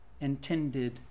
intended